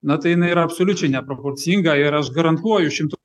na tai jinai yra absoliučiai neproporcinga ir aš garantuoju šimtu